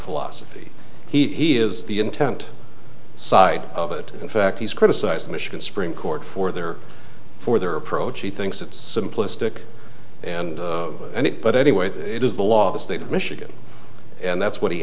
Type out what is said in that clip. philosophy he is the intent side of it the fact he's criticized michigan supreme court for their for their approach he thinks it simplistic and it but anyway it is the law of the state of michigan and that's what he